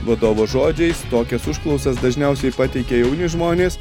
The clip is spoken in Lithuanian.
vadovo žodžiais tokias užklausas dažniausiai pateikia jauni žmonės